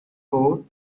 code